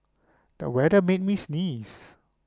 the weather made me sneeze